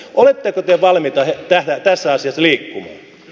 oletteko te valmiita tässä asiassa liikkumaan